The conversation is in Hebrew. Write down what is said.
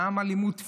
גם אלימות פיזית,